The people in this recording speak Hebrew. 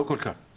לא כל כך.